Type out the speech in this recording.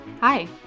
Hi